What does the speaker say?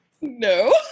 no